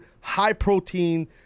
high-protein